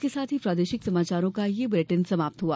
इसके साथ ही प्रादेशिक समाचार का ये बुलेटिन समाप्त हुआ